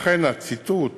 לכן, הציטוט